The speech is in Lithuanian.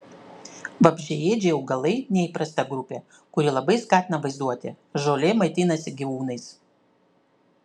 vabzdžiaėdžiai augalai neįprasta grupė kuri labai skatina vaizduotę žolė maitinasi gyvūnais